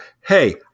hey